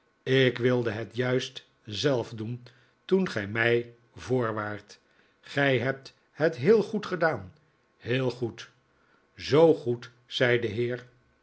ik wilde het juist zelf doen toen gij mij voor waart gij hebt het heel goed gedaan heel goed zoo goed zei de heer